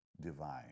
divine